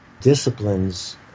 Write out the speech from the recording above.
disciplines